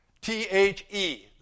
T-H-E